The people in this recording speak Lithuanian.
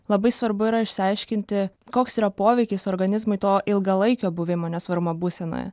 labai svarbu yra išsiaiškinti koks yra poveikis organizmui to ilgalaikio buvimo nesvarumo būsenoje